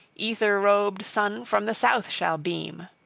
ether-robed sun from the south shall beam!